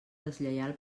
deslleial